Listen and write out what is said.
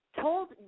told